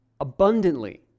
abundantly